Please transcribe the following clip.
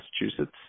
Massachusetts